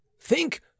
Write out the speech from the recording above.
Think